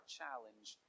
challenge